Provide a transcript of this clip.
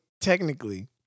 technically